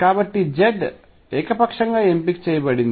కాబట్టి z ఏకపక్షంగా ఎంపిక చేయబడింది